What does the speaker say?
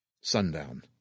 Sundown